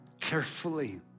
carefully